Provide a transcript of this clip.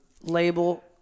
label